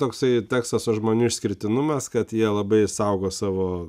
toksai teksaso žmonių išskirtinumas kad jie labai saugo savo